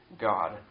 God